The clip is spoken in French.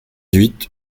huit